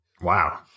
Wow